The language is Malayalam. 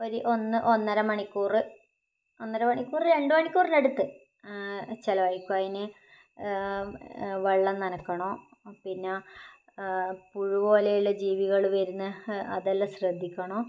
ഒരു ഒന്ന് ഒന്നര മണിക്കൂർ ഒന്നര മണിക്കൂർ രണ്ട് മണിക്കൂറിനടുത്ത് ചിലവഴിക്കും അതിന് വെള്ളം നനക്കണം പിന്നെ പുഴു പോലെയുള്ള ജീവികൾ വരുന്നത് അതെല്ലാം ശ്രദ്ധിക്കണം